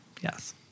Yes